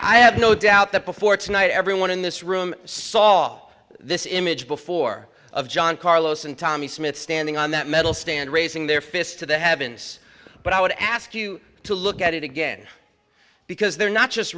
i have no doubt that before tonight everyone in this room saw this image before of john carlos and tommie smith standing on that medal stand raising their fists to the heavens but i would ask you to look at it again because they're not just